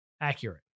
Accurate